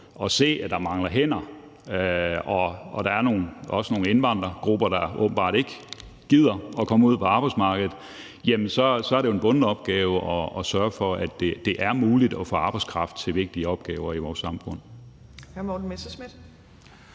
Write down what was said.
og se, at der mangler hænder, og at der også er nogle indvandrergrupper, der åbenbart ikke gider at komme ud på arbejdsmarkedet – at så er det jo en bunden opgave at sørge for, at det er muligt at få arbejdskraft til vigtige opgaver i vores samfund.